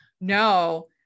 no